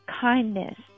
kindness